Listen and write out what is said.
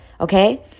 okay